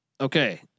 Okay